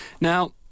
Now